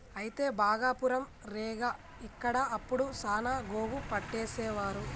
అయితే భాగపురం రేగ ఇక్కడ అప్పుడు సాన గోగు పట్టేసేవారు